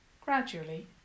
Gradually